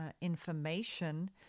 information